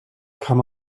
kann